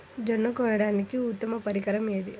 జొన్న కోయడానికి ఉత్తమ పరికరం ఏది?